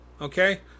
okay